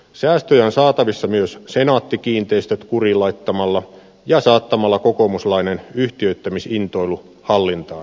säästöjä on saatavissa myös senaatti kiinteistöt kuriin laittamalla ja saattamalla kokoomuslainen yhtiöittämisintoilu hallintaan